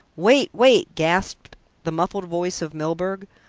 wait, wait! gasped the muffled voice of milburgh.